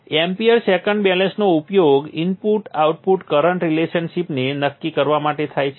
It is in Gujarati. amp સેકન્ડ બેલેન્સનો ઉપયોગ ઇનપુટ આઉટપુટ કરંટ રિલેશનશિપને નક્કી કરવા માટે થાય છે